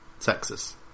Texas